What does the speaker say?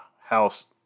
House